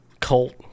cult